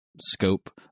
scope